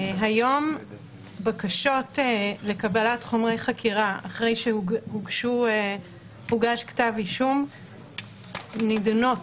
היום בקשות לקבלת חומרי חקירה אחרי שהוגש כתב אישום נידונות,